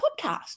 podcast